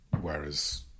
Whereas